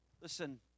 Listen